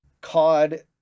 COD